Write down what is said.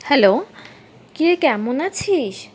hello কী রে কেমন আছিস